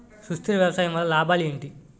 సుస్థిర వ్యవసాయం వల్ల లాభాలు ఏంటి?